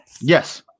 Yes